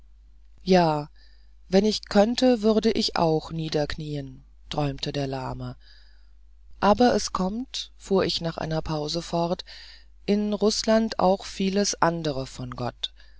ja wenn ich könnte würde ich auch niederknien träumte der lahme aber es kommt fuhr ich nach einer pause fort in rußland auch vieles andere von gott